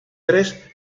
tres